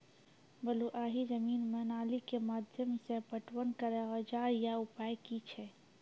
बलूआही जमीन मे नाली के माध्यम से पटवन करै औजार या उपाय की छै?